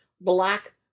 black